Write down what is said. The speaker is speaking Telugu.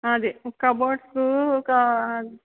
అది కబోడ్సు ఒక